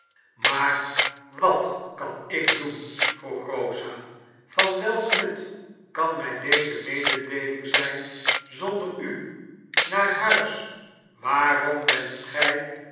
maar wat kan ik doen vroeg rosa van welk nut kan mij deze mededeeling zijn zonder i u naar huis waarom wenscht gij